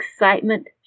excitement